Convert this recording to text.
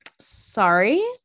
sorry